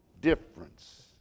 difference